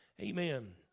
amen